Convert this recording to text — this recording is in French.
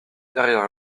derrière